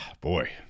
boy